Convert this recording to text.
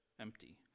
empty